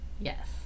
Yes